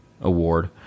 award